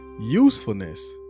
usefulness